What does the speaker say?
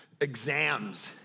exams